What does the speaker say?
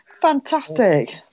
Fantastic